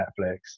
Netflix